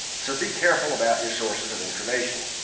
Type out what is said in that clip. so be careful about your sources of information.